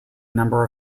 number